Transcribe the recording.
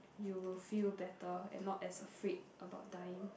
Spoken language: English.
you will feel better and not as afraid about dying